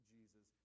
Jesus